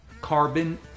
Carbon